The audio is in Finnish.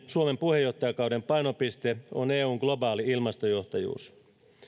suomen puheenjohtajakauden keskeinen painopiste on eun globaali ilmastojohtajuus